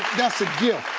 that's a gift.